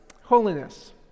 Holiness